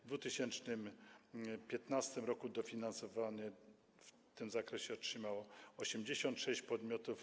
W 2015 r. dofinansowanie w tym zakresie otrzymało 86 podmiotów.